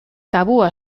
tabua